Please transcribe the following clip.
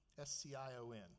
S-C-I-O-N